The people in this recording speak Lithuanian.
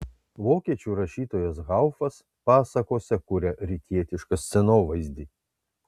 vokiečių rašytojas haufas pasakose kuria rytietišką scenovaizdį